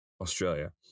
Australia